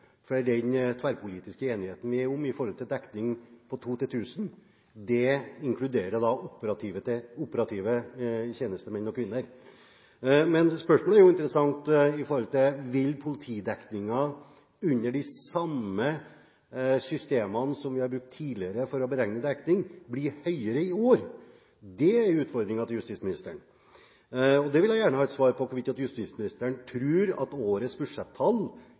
for den tverrpolitiske enigheten om en dekning på 2 per 1 000 inkluderer operative tjenestemenn og -kvinner. Men et spørsmål som er interessant, er: Vil politidekningen – under de samme systemene som vi har brukt tidligere for å beregne dekning – bli høyere i år? Det er utfordringen til justisministeren. Jeg vil gjerne ha et svar på hvorvidt justisministeren tror at årets